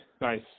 Nice